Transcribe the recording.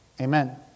amen